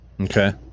Okay